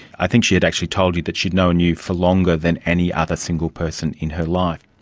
i think she had actually told you that she had known you for longer than any other single person in her life.